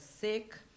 sick